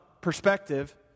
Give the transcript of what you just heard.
perspective